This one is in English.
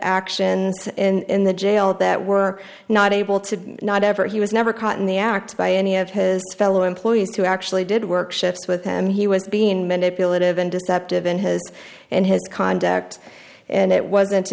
actions in the jail that were not able to not ever he was never caught in the act by any of his fellow employees who actually did work shifts with him he was being manipulative and deceptive in his and his conduct and it wasn't